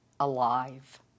alive